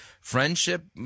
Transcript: friendship